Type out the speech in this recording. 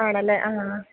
ആണല്ലേ ആ ആ